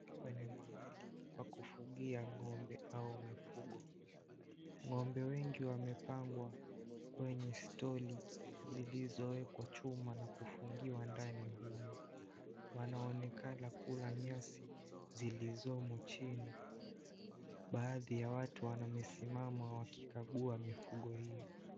Hapa ni pahali pa kufugia ng'ombe au mifugo, ng'ombe wengi wamepangwa kwenye stoli zilizowekwa chuma na kufungiwa ndani humo, wanaonekana kula nyasi zilizomo chini, baadhi ya watu wamesimama wakikagua mifugo hiyo.